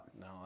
no